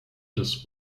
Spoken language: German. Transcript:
des